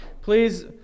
please